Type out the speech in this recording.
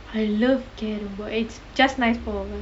I love carrom board it's just nice four of us